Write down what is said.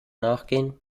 nachgehen